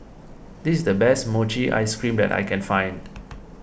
this is the best Mochi Ice Cream that I can find